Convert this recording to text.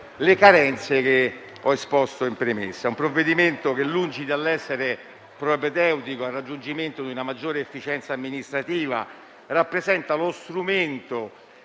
delle carenze che ho esposto in premessa. È un provvedimento che, lungi dall'essere propedeutico al raggiungimento di una maggiore efficienza amministrativa, rappresenta lo strumento,